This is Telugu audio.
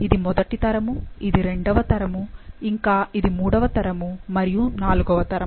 ఇది మొదటి తరము ఇది రెండవ తరము ఇంకా ఇది మూడవ తరము మరియు నాలుగవ తరము